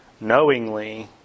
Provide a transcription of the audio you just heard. knowingly